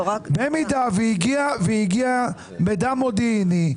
במידה והגיע מידע מודיעיני,